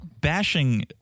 Bashing